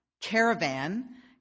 caravan